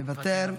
מוותר,